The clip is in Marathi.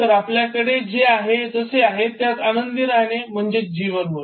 तर आपल्याकडे जे आहे जसे आहे त्यात आनंदी राहणे म्हणजे जीवन होय